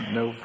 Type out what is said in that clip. no